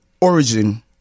origin